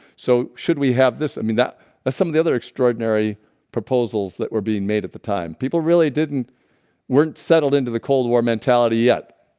so should we have this? i mean that that's some of the other extraordinary proposals that were being made at the time people really didn't weren't settled into the cold war mentality no,